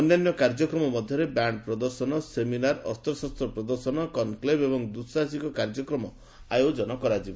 ଅନ୍ୟାନ୍ୟ କାର୍ଯ୍ୟକ୍ରମରେ ବ୍ୟାଣ୍ଡ ପ୍ରଦର୍ଶନ ସେମିନାର ଅସ୍ପଶସ୍ତ ପ୍ରଦର୍ଶନ କନ୍କ୍ଲେଭ୍ ଏବଂ ଦ୍ରଃସାହସିକ କାର୍ଯ୍ୟକ୍ରମ ଆୟୋଜନ କରାଯିବ